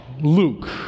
Luke